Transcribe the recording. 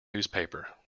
newspaper